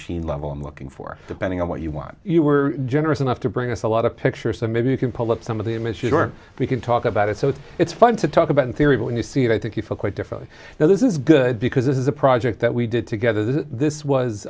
sheen level i'm looking for depending on what you want you were generous enough to bring us a lot of pictures so maybe you can pull up some of the images or we can talk about it so it's fun to talk about in theory but when you see it i think you feel quite differently now this is good because this is a project that we did together that this was